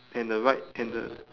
and the right and the